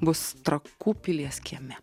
bus trakų pilies kieme